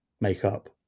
makeup